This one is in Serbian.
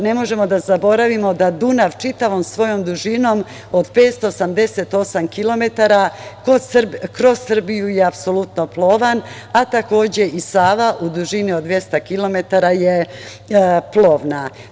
Ne možemo da zaboravimo da Dunav čitavom svojom dužinom od 578 km kroz Srbiju je apsolutno plovan, a takođe i Sava u dužini od 200 km je plovna.